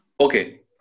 okay